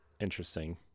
Interesting